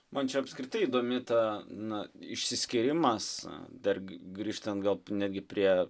man čia apskritai įdomi ta na išsiskyrimas dar grįžtant gal netgi prie